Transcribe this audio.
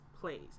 plays